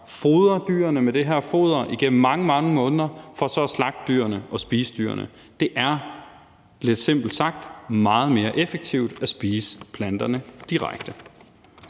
fodre dyrene med det her foder igennem mange, mange måneder for så at slagte dyrene og spise dyrene. Det er, lidt simpel sagt, meget mere effektivt at spise planterne direkte.